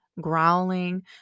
growling